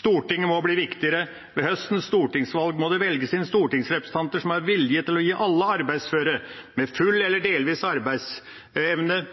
Stortinget må bli viktigere. Ved høstens stortingsvalg må det velges inn stortingsrepresentanter som er villige til å gi alle arbeidsføre, med full eller delvis arbeidsevne,